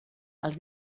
els